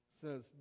Says